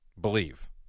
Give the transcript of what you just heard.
believe